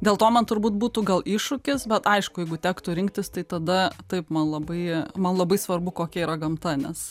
dėl to man turbūt būtų gal iššūkis bet aišku jeigu tektų rinktis tai tada taip man labai man labai svarbu kokia yra gamta nes